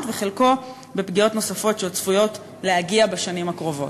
וחלקה בפגיעות נוספות שעוד צפויות להגיע בשנים הקרובות.